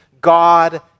God